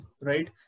right